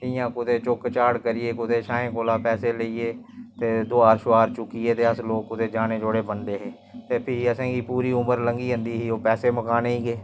च देआ दी ही पैह्लै फिर टीवी च देआ दी ही जियां हुन कोई बी तुस लाई लाओ जियां हुन कोई बी कुछ करना होए ते गोरमैंट केह् करदी पैह्लै फोन च